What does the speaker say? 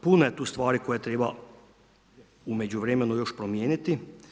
Puno je tu stvari koje treba u međuvremenu još promijeniti.